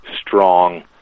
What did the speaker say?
strong